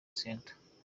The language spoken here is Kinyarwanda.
centre